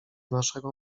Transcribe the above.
naszego